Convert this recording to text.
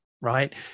Right